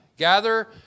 Gather